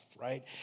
right